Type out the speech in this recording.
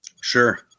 Sure